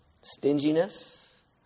Stinginess